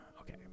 Okay